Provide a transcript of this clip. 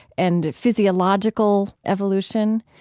and physiological evolution,